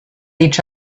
each